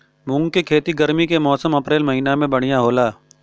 मुंग के खेती गर्मी के मौसम अप्रैल महीना में बढ़ियां होला?